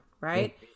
Right